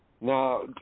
Now